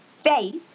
faith